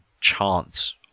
chance